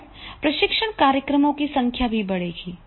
और प्रशिक्षण कार्यक्रमों की संख्या भी बढ़ेगी